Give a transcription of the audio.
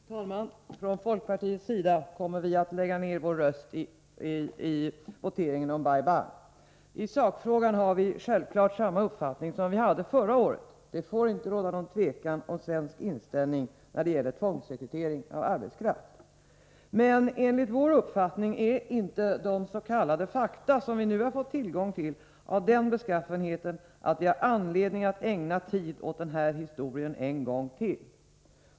Herr talman! Vi från folkpartiet kommer att lägga ner våra röster i voteringen om Bai Bang. Vi har i sakfrågan självklart samma uppfattning som förra året: det får inte råda någon tvekan om Sveriges inställning till tvångsrekrytering av arbetskraft. Men enligt vår uppfattning är inte de s.k. fakta som vi nu har fått tillgång till av den beskaffenheten att vi har anledning att ägna tid åt den här historien en gång till.